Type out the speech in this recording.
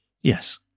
Yes